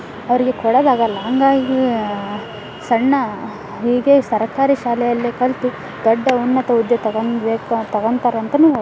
ಅವರಿಗೆ ಕೊಡಕ್ಕಾಗಲ್ಲ ಹಂಗಾಗಿ ಸಣ್ಣ ಹೀಗೆ ಸರಕಾರಿ ಶಾಲೆಯಲ್ಲೇ ಕಲಿತು ದೊಡ್ಡ ಉನ್ನತ ಹುದ್ದೆ ತಗೊಂಬೇಕು ತಗೊಂತಾರೆ ಅಂತನೂ ಹೇ